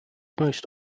most